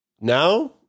now